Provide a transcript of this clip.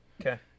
Okay